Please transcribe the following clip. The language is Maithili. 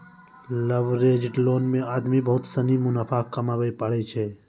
लवरेज्ड लोन मे आदमी बहुत सनी मुनाफा कमाबै पारै छै